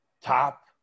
top